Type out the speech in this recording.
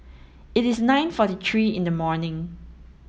it is nine forty three in the morning